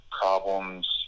problems